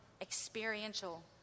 experiential